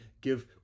give